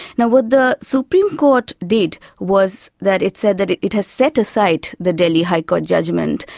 and what the supreme court did was that it said that it it has set aside the daily high court judgement,